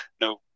no